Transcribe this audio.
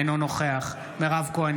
אינו נוכח מירב כהן,